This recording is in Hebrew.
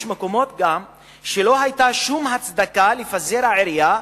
יש מקומות שבהם לא היתה שום הצדקה לפזר עירייה,